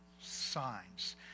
signs